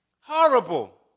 Horrible